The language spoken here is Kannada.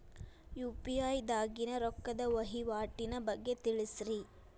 ಯು.ಪಿ.ಐ ದಾಗಿನ ರೊಕ್ಕದ ವಹಿವಾಟಿನ ಬಗ್ಗೆ ತಿಳಸ್ರಿ